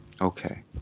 Okay